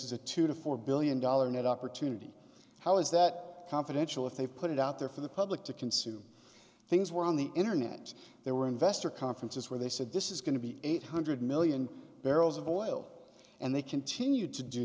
is a two to four billion dollar net opportunity how is that confidential if they put it out there for the public to consume things where on the internet there were investor conferences where they said this is going to be eight hundred million dollars barrels of oil and they continued to do